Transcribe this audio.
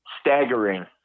staggering